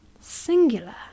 Singular